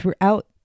throughout